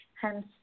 Hence